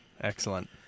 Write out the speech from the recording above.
excellent